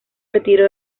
retiró